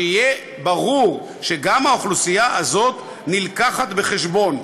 שיהיה ברור שגם האוכלוסייה הזאת נלקחת בחשבון.